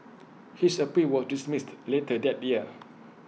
his appeal was dismissed later that year